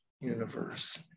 universe